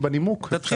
מי נגד?